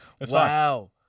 Wow